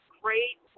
great